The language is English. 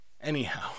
Anyhow